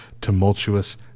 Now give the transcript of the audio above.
tumultuous